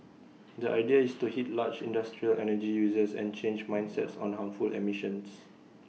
the idea is to hit large industrial energy users and change mindsets on harmful emissions